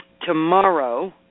Tomorrow